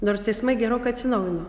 nors teismai gerokai atsinaujino